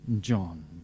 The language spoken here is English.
john